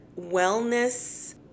wellness